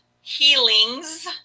Healings